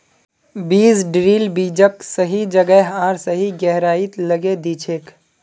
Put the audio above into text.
बीज ड्रिल बीजक सही जगह आर सही गहराईत लगैं दिछेक